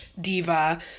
diva